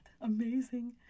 Amazing